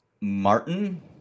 Martin